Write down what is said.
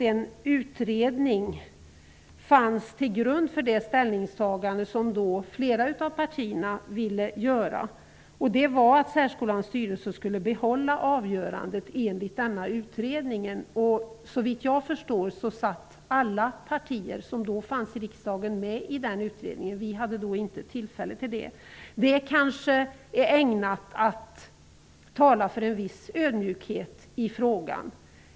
En utredning fanns till grund för det ställningstagande som flera av partierna ville ta. Enligt denna utredning skulle särskolans styrelse behålla rätten till avgörandet. Såvitt jag förstår var alla partier som då fanns i riksdagen representerade i utredningen. Kds hade inte tillfälle att vara med. Detta är kanske ägnat att tala för en viss ödmjukhet i frågan.